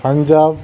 Punjab